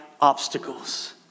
obstacles